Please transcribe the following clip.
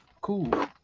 cool